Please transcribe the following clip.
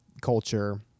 culture